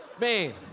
Man